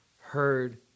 heard